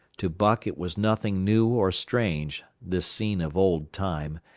to buck it was nothing new or strange, this scene of old time.